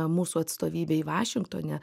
mūsų atstovybei vašingtone